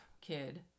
kid